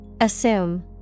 Assume